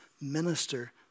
minister